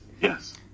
yes